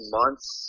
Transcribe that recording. months